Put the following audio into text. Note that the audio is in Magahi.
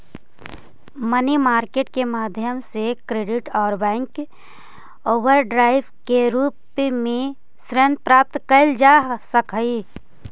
मनी मार्केट के माध्यम से क्रेडिट और बैंक ओवरड्राफ्ट के रूप में ऋण प्राप्त कैल जा सकऽ हई